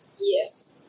Yes